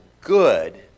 good